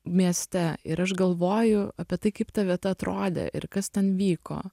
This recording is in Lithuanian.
mieste ir aš galvoju apie tai kaip ta vieta atrodė ir kas ten vyko